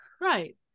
right